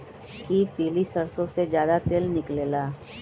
कि पीली सरसों से ज्यादा तेल निकले ला?